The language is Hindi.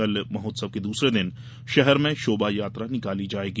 कल महोत्सव के दूसरे दिन शहर में शोभायात्रा निकाली जायेगी